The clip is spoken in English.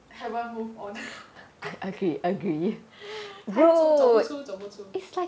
haven't move on 还走不出走不出